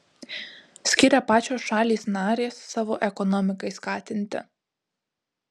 skiria pačios šalys narės savo ekonomikai skatinti